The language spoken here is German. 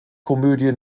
komödie